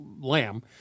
lamb